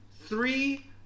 Three